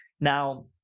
Now